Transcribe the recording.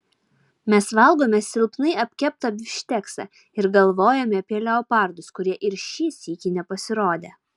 mes valgome silpnai apkeptą bifšteksą ir galvojame apie leopardus kurie ir šį sykį nepasirodė